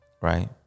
right